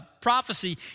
prophecy